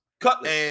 Cutlass